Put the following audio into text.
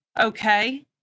okay